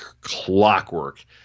clockwork